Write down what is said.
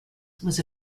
was